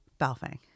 Balfang